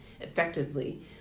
effectively